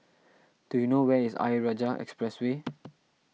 do you know where is Ayer Rajah Expressway